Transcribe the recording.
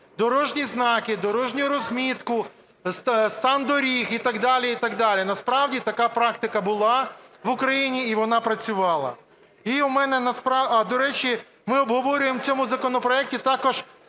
дорожні знаки, дорожню розмітку, стан доріг і так далі, і так далі. Насправді така практика була в Україні і вона працювала. І у мене... До речі, ми обговорюємо в цьому законопроекті також